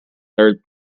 third